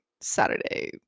Saturday